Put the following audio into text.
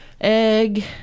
egg